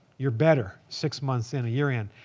you're better six months and a year in.